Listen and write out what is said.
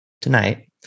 tonight